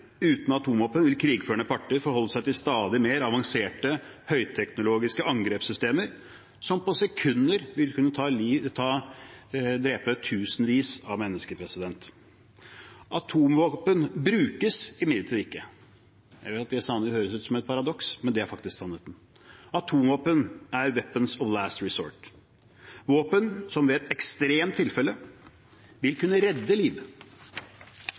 uten atomvåpen vil krigførende parter forholde seg til stadig mer avanserte, høyteknologiske angrepssystemer som på sekunder vil kunne drepe tusenvis av mennesker. Atomvåpen brukes imidlertid ikke. Det høres ut som et paradoks, men det er faktisk sannheten. Atomvåpen er «weapons of last resort», våpen som ved et ekstremt tilfelle vil kunne redde liv.